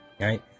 Right